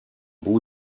bout